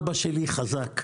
אבא שלי חזק,